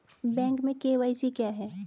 Bank में KYC क्या है?